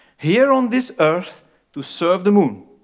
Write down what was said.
here on this earth to serve the moon.